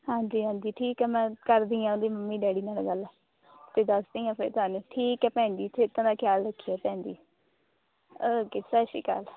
ਹਾਂਜੀ ਹਾਂਜੀ ਠੀਕ ਹੈ ਮੈਂ ਕਰਦੀ ਹਾਂ ਉਹਦੇ ਮੰਮੀ ਡੈਡੀ ਨਾਲ ਗੱਲ ਅਤੇ ਦੱਸਦੀ ਹਾਂ ਫਿਰ ਤੁਹਾਨੂੰ ਠੀਕ ਹੈ ਭੈਣ ਜੀ ਸਿਹਤਾਂ ਦਾ ਖਿਆਲ ਰੱਖਿਓ ਭੈਣ ਜੀ ਓਕੇ ਸਤਿ ਸ਼੍ਰੀ ਅਕਾਲ